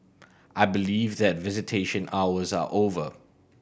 I believe that visitation hours are over